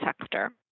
sector